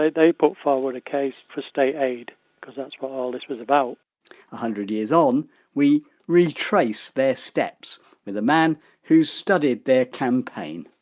they put forward a case for state aid because that's what all this was about a hundred years on we retrace their steps with a man who's studied their campaign